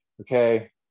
okay